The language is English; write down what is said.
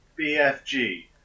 BFG